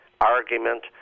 argument